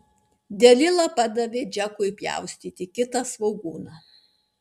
delila padavė džekui pjaustyti kitą svogūną